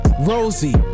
Rosie